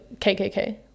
KKK